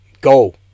Go